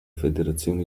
federazione